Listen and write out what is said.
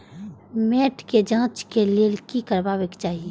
मैट के जांच के लेल कि करबाक चाही?